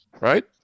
right